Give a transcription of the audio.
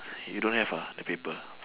you don't have ah the paper